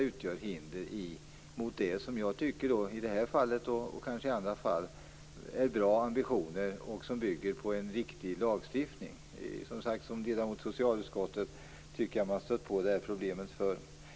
Utgör de, i detta och i andra fall, hinder mot goda ambitioner i viktig lagstiftning? Jag tycker att jag som ledamot i socialutskottet har stött på det här problemet förut.